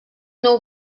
nou